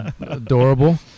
adorable